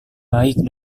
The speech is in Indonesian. baik